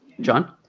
John